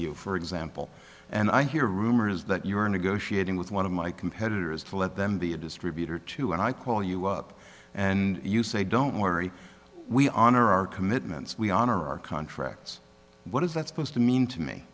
you for example and i hear rumors that you are negotiating with one of my competitors to let them be a distributor too and i call you up and you say don't worry we honor our commitments we honor our contracts what is that supposed to mean to me